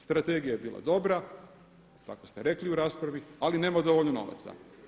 Strategija je bila dobra, tako ste rekli u raspravi, ali nema dovoljno novaca.